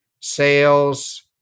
sales